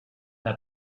n’a